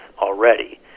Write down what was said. already